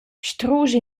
strusch